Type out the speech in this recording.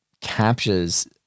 captures